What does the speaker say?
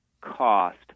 cost